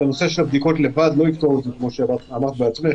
בדיקות לבד לא יפתרו את זה כמו שאמרת בעצמך,